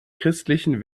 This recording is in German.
christlichen